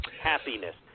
Happiness